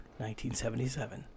1977